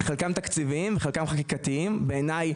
חלקן תקציביות וחלקן חקיקתיות --- בעיניי,